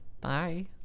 Bye